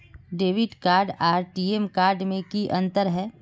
Debit card आर TM card में की अंतर है?